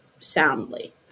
soundly